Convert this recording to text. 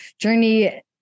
journey